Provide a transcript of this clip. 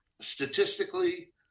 Statistically